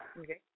Okay